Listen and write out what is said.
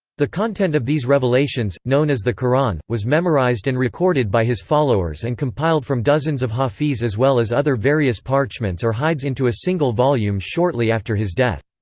the content of these revelations, known as the qur'an, was memorized and recorded by his followers and compiled from dozens of hafiz as well as other various parchments or hides into a single volume shortly after his death.